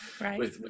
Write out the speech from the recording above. Right